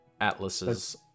atlas's